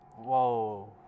Whoa